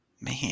Man